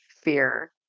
fear